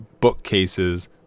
bookcases